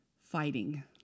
fighting